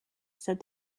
said